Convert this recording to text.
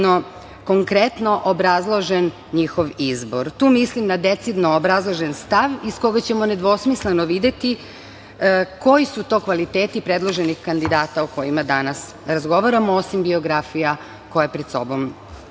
konkretno obrazložen njihov izbor. Tu mislim na decidno obrazložen stav iz koga ćemo nedvosmisleno videti koji su to kvaliteti predloženih kandidata o kojima danas razgovaramo, osim biografija koje pred sobom